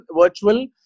virtual